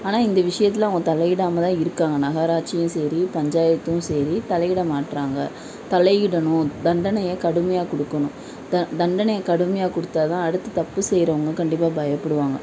ஆனால் இந்த விஷயத்தில் அவங்க தலையிடாமல் தான் இருக்காங்கள் நகராட்சியும் சரி பஞ்சாயத்தும் சரி தலையிட மாட்டேறாங்க தலையிடணும் தண்டனையை கடுமையாக கொடுக்கணும் த தண்டனையை கடுமையாக கொடுத்தாதான் அடுத்து தப்பு செய்கிறவங்க கண்டிப்பாக பயப்படுவாங்க